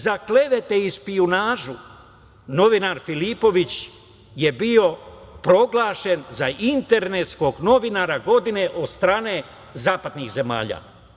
Za klevete i špijunažu, novinar Filipović je bio proglašen za internetskog novinara godine od strane zapadnih zemalja.